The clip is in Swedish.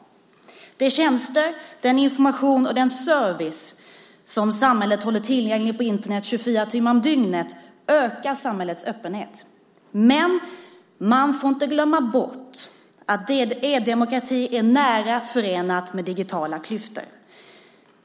De tjänster, den information och den service som samhället håller tillgängliga på Internet 24 timmar om dygnet ökar samhällets öppenhet. Men man får inte glömma bort att e-demokratin är nära förenad med digitala klyftor.